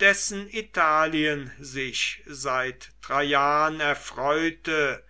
dessen italien sich seit traian erfreute